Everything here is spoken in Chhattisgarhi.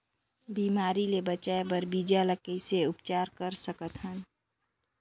बिमारी ले बचाय बर बीजा ल कइसे उपचार कर सकत हन?